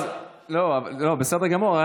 בסדר גמור.